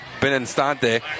Beninstante